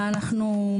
מה אנחנו,